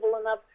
enough